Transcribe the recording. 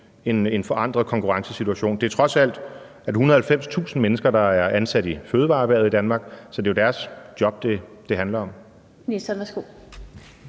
en forandret konkurrencesituation? Der er trods alt 190.000 mennesker ansat i fødevareerhvervet i Danmark. Så det er jo deres job, det handler om.